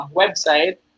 website